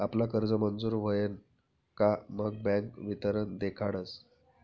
आपला कर्ज मंजूर व्हयन का मग बँक वितरण देखाडस